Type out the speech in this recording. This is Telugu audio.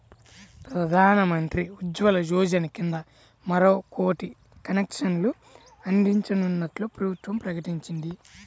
ప్రధాన్ మంత్రి ఉజ్వల యోజన కింద మరో కోటి కనెక్షన్లు అందించనున్నట్లు ప్రభుత్వం ప్రకటించింది